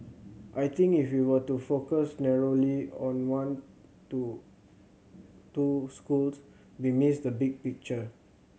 I think if you were to focus narrowly on one to two schools we miss the big picture